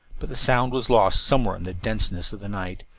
but the sound was lost somewhere in the denseness of the night,